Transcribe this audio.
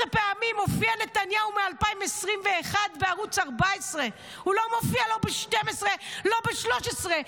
14 פעמים הופיע נתניהו בערוץ 14. הוא לא מופיע לא ב-12 ולא ב-13.